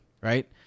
right